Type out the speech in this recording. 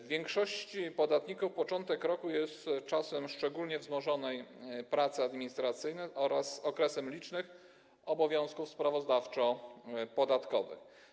W większości podmiotów początek roku jest czasem szczególnie wzmożonej pracy administracyjnej oraz okresem licznych obowiązków sprawozdawczo-podatkowych.